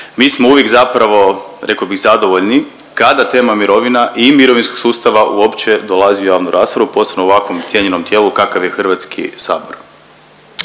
mi smo uvijek zapravo rekao bih zadovoljni kada tema mirovina i mirovinskog sustava uopće dolazi u javnu raspravu posebno u ovakvom cijenjenom tijelu kakav je Hrvatski sabor.